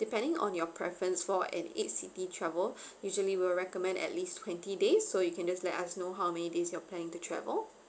depending on your preference for an eight city travel usually we'll recommend at least twenty days so you can just let us know how many days you are planning to travel